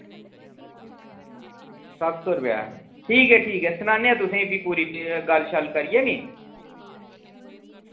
सत्त सौ रपेया ऐ ठीक ऐ ठीक ऐ सनानेआं तुसें फ्ही पूरी गल्ल शल करियै नि